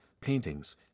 paintings